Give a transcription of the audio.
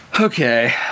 Okay